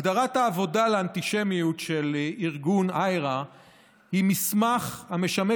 הגדרת העבודה לאנטישמיות של ארגון IHRA היא מסמך המשמש